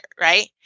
right